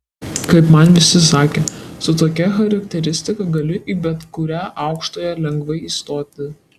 kaip man visi sakė su tokia charakteristika galiu į bet kurią aukštąją lengvai įstoti